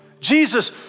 Jesus